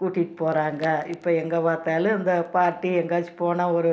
கூட்டிகிட்டு போகிறாங்க இப்போ எங்கே பார்த்தாலும் இந்த பார்ட்டி எங்காச்சும் போனால் ஒரு